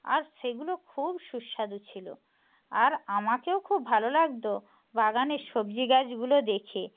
আর সেগুলো খুব সুস্বাদু ছিল আর আমাকেও খুব ভালো লাগতো বাগানের সবজি গাছগুলো দেখে